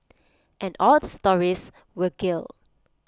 and all the stories were gelled